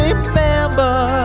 Remember